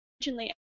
originally